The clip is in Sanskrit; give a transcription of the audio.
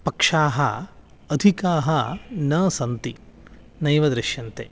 पक्षाः अधिकाः न सन्ति नैव दृश्यन्ते